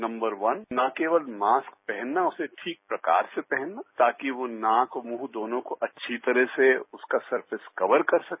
number one न केवल mask पहनना उसे ठीक प्रकारसे पहनना ताकि यो नाक मुंह दोनों को अच्छी तरह से सरफेस कवर कर सके